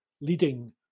leading